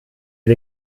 wir